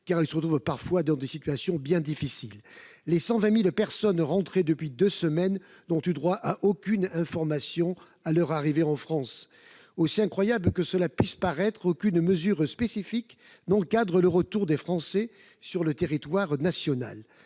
car ils se trouvent parfois dans des situations très difficiles -, les 120 000 personnes rentrées depuis deux semaines n'ont eu droit à aucune information à leur arrivée en France. Aussi incroyable que cela puisse paraître, aucune mesure spécifique n'encadre le retour des Français sur le territoire national.